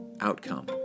outcome